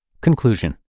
Conclusion